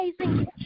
amazing